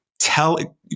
Tell